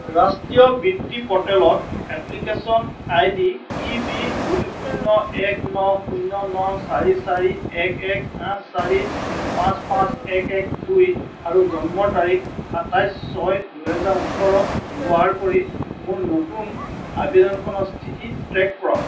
ৰাষ্ট্ৰীয় বৃত্তি প'ৰ্টেলত application I D E B দুই শূন্য় এক ন শূন্য় ন চাৰি চাৰি এক এক আঠ চাৰি পাঁচ পাঁচ এক এক দুই আৰু জন্মৰ তাৰিখ সাতাইছ ছয় দুহেজাৰ ওঠৰ ব্যৱহাৰ কৰি মোৰ নতুন আবেদনখনৰ স্থিতি ট্ৰে'ক কৰক